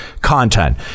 content